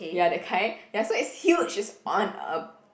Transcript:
ya that kind ya so it's huge it's on a